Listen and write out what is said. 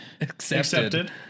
Accepted